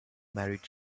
married